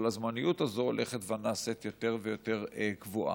אבל הזמניות הזאת הולכת ונעשית יותר ויותר קבועה,